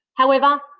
however,